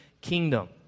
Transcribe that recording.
kingdom